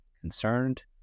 concerned